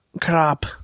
crap